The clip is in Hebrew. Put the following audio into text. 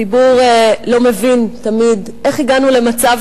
הציבור לא תמיד מבין איך הגענו למצב